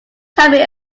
shopping